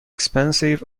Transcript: expansive